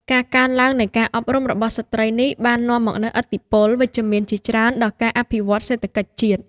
ការកើនឡើងនៃការអប់រំរបស់ស្ត្រីនេះបាននាំមកនូវឥទ្ធិពលវិជ្ជមានជាច្រើនដល់ការអភិវឌ្ឍសេដ្ឋកិច្ចជាតិ។